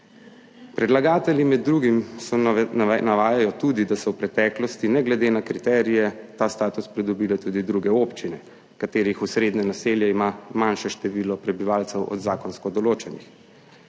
Predlagatelji med drugim navajajo tudi, da so v preteklosti ne glede na kriterije ta status pridobile tudi druge občine, katerih osrednje naselje ima manjše število prebivalcev od zakonsko določenih.